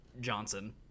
Johnson